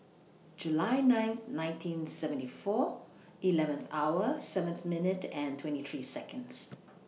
July ninth nineteen seventy four eleventh hour seventh minute and twenty three Seconds